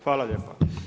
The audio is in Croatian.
Hvala lijepa.